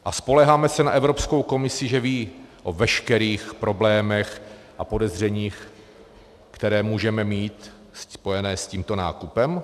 A spoléháme se na Evropskou komisi, že ví o veškerých problémech a podezřeních, které můžeme mít spojené s tímto nákupem?